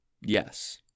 yes